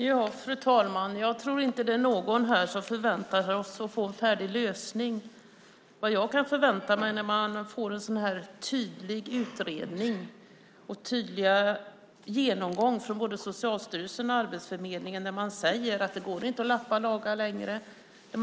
Fru talman! Jag tror inte att det är någon här som förväntar sig att få en färdig lösning. Det jag kan förvänta mig när jag får en sådan här tydlig utredning och tydlig genomgång både från Socialstyrelsen och från Arbetsförmedlingen är att vi använder våra resurser på bästa möjliga sätt. Man säger att det inte går att lappa och laga längre.